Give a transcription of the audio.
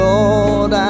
Lord